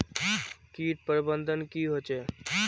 किट प्रबन्धन की होचे?